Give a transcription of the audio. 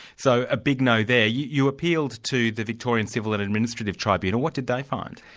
so, a big no there. you you appealed to the victorian civil and administrative tribunal what did they find?